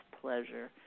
pleasure